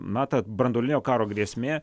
matot branduolinio karo grėsmė